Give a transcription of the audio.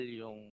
yung